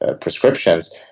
prescriptions